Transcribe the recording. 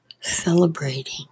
celebrating